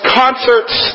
concerts